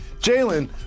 Jalen